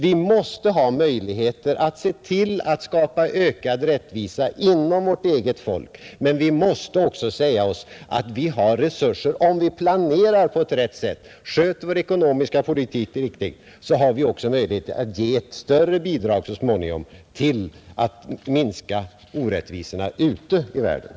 Vi måste ha möjligheter att skapa ökad rättvisa inom vårt eget folk, men vi måste också säga oss att om vi planerar på ett rätt sätt och om vi sköter vår ekonomiska politik riktigt, bör vi ha förutsättningar att så småningom ge ett större bidrag för att minska orättvisorna ute i världen.